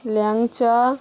ল্যাংচা